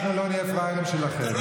אנחנו לא נהיה פראיירים שלכם.